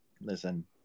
listen